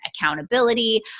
accountability